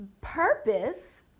Purpose